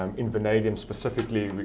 um in vanadium specifically,